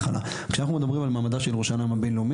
כשאנחנו מדברים על מעמדה של ירושלים הבינלאומי,